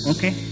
Okay